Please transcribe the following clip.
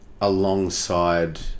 alongside